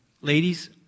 Ladies